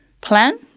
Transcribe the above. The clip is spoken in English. plan